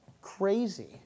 crazy